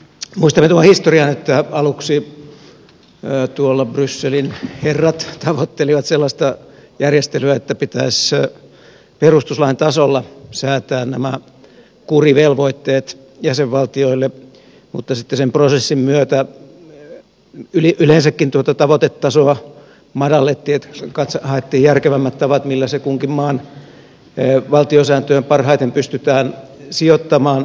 muistamme historian että aluksi brysselin herrat tavoittelivat sellaista järjestelyä että pitäisi perustuslain tasolla säätää nämä kurivelvoitteet jäsenvaltioille mutta sitten sen prosessin myötä yleensäkin tuota tavoitetasoa madallettiin haettiin järkevämmät tavat millä se kunkin maan valtiosääntöön parhaiten pysytään sijoittamaan